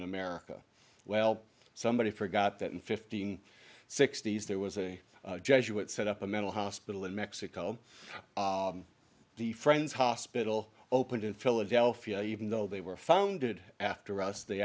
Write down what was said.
in america well somebody forgot that in fifteen sixty's there was a jesuit set up a mental hospital in mexico the friends hospital opened in philadelphia even though they were founded after us they